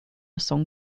song